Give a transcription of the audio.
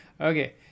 Okay